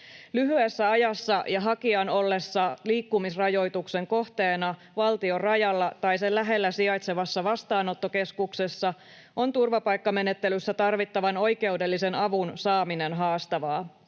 Lyhyessä ajassa ja hakijan ollessa liikkumisrajoituksen kohteena valtion rajalla tai sen lähellä sijaitsevassa vastaanottokeskuksessa on turvapaikkamenettelyssä tarvittavan oikeudellisen avun saaminen haastavaa.